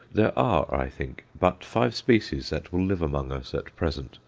there are, i think, but five species that will live among us at present,